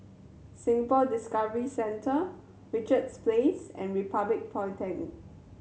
Singapore Discovery Centre Richards Place and Republic Polytechnic